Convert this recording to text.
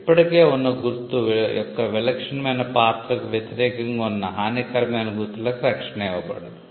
ఇప్పటికే ఉన్న గుర్తు యొక్క విలక్షణమైన పాత్రకు వ్యతిరేకంగా ఉన్న హానికరమైన గుర్తులకు రక్షణ ఇవ్వబడదు